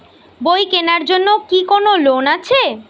বই কেনার জন্য কি কোন লোন আছে?